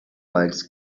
legs